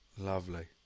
Lovely